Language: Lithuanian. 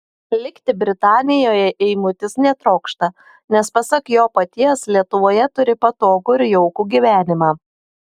likti britanijoje eimutis netrokšta nes pasak jo paties lietuvoje turi patogų ir jaukų gyvenimą